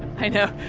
i know,